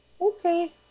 okay